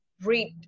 read